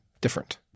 different